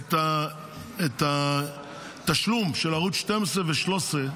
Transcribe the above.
את התשלום של ערוצים 12 ו-13,